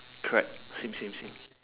correct same same same